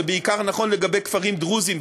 זה בעיקר נכון לגבי כפרים דרוזיים,